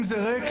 האם זה ריק?